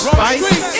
Spice